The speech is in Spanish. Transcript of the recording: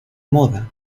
moda